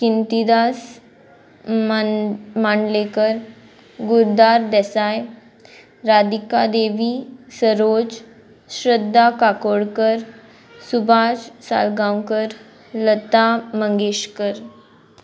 Kintidas Mandlekar Gurdar Desai Radhika Devi Saroj Shraddha Kakodkar Subhash Salgaonkar Lata Mangeshkar